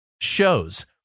shows